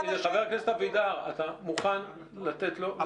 חבר הכנסת אבידר, אתה מוכן לתת לו לסיים?